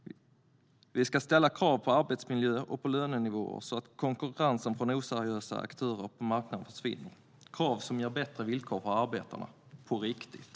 Vi ska ställa krav på arbetsmiljö och på lönenivåer, så att konkurrensen från oseriösa aktörer på marknaden försvinner, krav som ger bättre villkor för arbetarna på riktigt.